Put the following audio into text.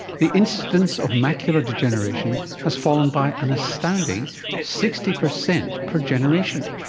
the incidence of macular degeneration has fallen by an astounding sixty percent per generation.